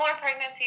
pregnancy